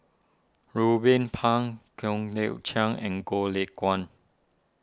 Ruben Pang Kian Yeo Chai and Goh Lay Kuan